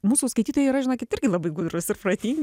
mūsų skaitytojai yra žinokit irgi labai gudrus ir protingi